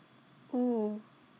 oh